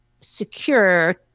secure